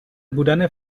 بودن